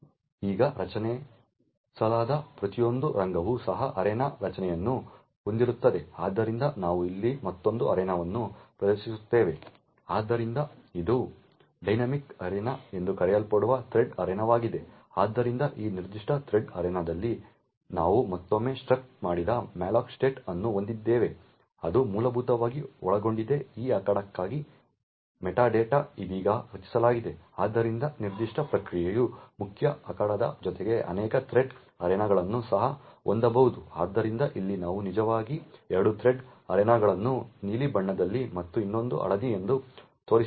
ಈಗ ರಚಿಸಲಾದ ಪ್ರತಿಯೊಂದು ರಂಗವು ಸಹ ಅರೇನಾ ರಚನೆಯನ್ನು ಹೊಂದಿರುತ್ತದೆ ಆದ್ದರಿಂದ ನಾವು ಇಲ್ಲಿ ಮತ್ತೊಂದು ಅರೇನಾವನ್ನು ಪ್ರದರ್ಶಿಸಿದ್ದೇವೆ ಆದ್ದರಿಂದ ಇದು ಡೈನಾಮಿಕ್ ಅರೇನಾ ಎಂದೂ ಕರೆಯಲ್ಪಡುವ ಥ್ರೆಡ್ ಅರೇನಾವಾಗಿದೆ ಆದ್ದರಿಂದ ಈ ನಿರ್ದಿಷ್ಟ ಥ್ರೆಡ್ ಅರೇನಾದಲ್ಲಿ ನಾವು ಮತ್ತೊಮ್ಮೆ ಸ್ಟ್ರಕ್ ಮಾಡಿದ malloc state ಅನ್ನು ಹೊಂದಿದ್ದೇವೆ ಅದು ಮೂಲಭೂತವಾಗಿ ಒಳಗೊಂಡಿದೆ ಈ ಅಖಾಡಕ್ಕಾಗಿ ಮೆಟಾ ಡೇಟಾ ಇದೀಗ ರಚಿಸಲಾಗಿದೆ ಆದ್ದರಿಂದ ನಿರ್ದಿಷ್ಟ ಪ್ರಕ್ರಿಯೆಯ ಮುಖ್ಯ ಅಖಾಡದ ಜೊತೆಗೆ ಅನೇಕ ಥ್ರೆಡ್ ಅರೆನಾಗಳನ್ನು ಸಹ ಹೊಂದಬಹುದು ಆದ್ದರಿಂದ ಇಲ್ಲಿ ನಾವು ನಿಜವಾಗಿ 2 ಥ್ರೆಡ್ ಅರೆನಾಗಳನ್ನು ನೀಲಿ ಬಣ್ಣದಲ್ಲಿ ಮತ್ತು ಇನ್ನೊಂದು ಹಳದಿ ಎಂದು ತೋರಿಸಿದ್ದೇವೆ